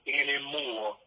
anymore